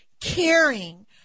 caring